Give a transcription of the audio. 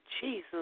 Jesus